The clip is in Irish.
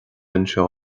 anseo